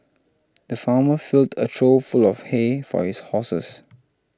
the farmer filled a trough full of hay for his horses